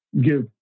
give